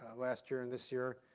last year and this year,